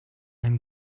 him